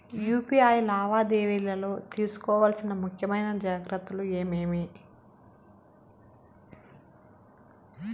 UPI లావాదేవీలలో తీసుకోవాల్సిన ముఖ్యమైన జాగ్రత్తలు ఏమేమీ?